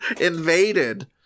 invaded